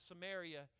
Samaria